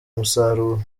umusaruro